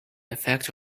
effect